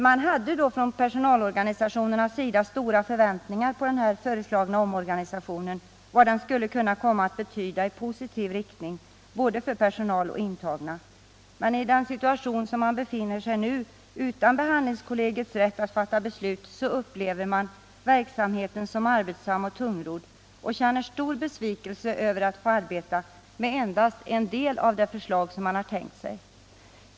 Man hade från personalorganisationernas sida stora förväntningar på den föreslagna omorganisationen, på vad den skulle komma att betyda i positiv riktning för både personal och intagna. Men i den situation där man nu befinner sig, utan behandlingskollegiets rätt att fatta beslut, upplever man verksamheten som arbetsam och tungrodd. och man känner stor besvikelse över att få arbeta med endast en del av det förslag som man har tänkt sig.